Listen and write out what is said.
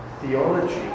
theology